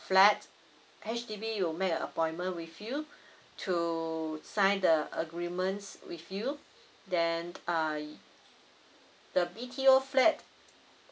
flat H_D_B will make a appointment with you to sign the agreement with you then err the B_T_O flat